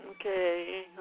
Okay